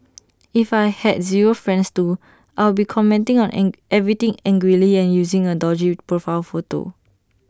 if I had zero friends too I'll be commenting on everything angrily and using an dodgy profile photo